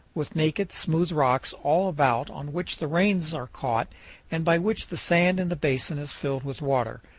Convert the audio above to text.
with naked, smooth rocks all about on which the rains are caught and by which the sand in the basin is filled with water,